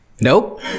Nope